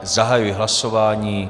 Zahajuji hlasování.